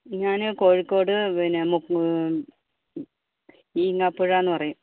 ഞാന് കോഴിക്കോട് പിന്നെ മു ഈങ്ങാപ്പുഴാന്ന് പറയും